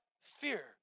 fear